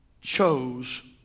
chose